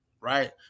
right